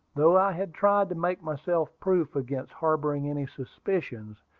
though i had tried to make myself proof against harboring any suspicions,